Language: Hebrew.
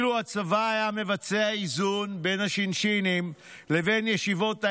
אילו הצבא היה מבצע איזון בין השינשינים לבין ישיבות ההסדר,